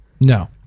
No